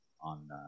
on